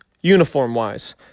uniform-wise